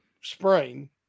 sprain